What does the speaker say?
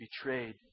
betrayed